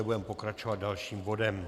Budeme pokračovat dalším bodem.